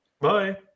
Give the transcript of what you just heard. Bye